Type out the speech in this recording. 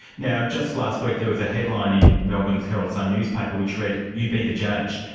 now just last week there was a headline in melbourne's herald-sun newspaper which read you be the judge.